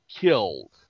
killed